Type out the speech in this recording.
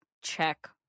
check